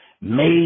made